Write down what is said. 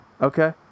Okay